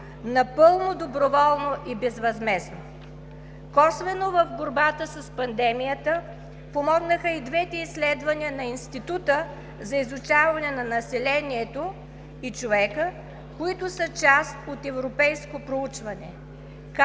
моля за тишина! ТАНЯ ПЕТРОВА: Косвено в борбата с пандемията помогнаха и двете изследвания на Института за изучаване на населението и човека, които са част от европейско проучване: